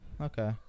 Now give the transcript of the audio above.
Okay